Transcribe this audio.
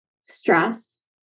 stress